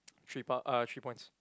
three part uh three points